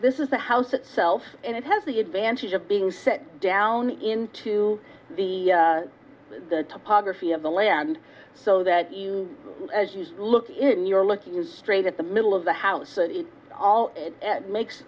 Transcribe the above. this is the house itself and it has the advantage of being set down into the the topography of the land so that you as you look in your looking straight at the middle of the house all it makes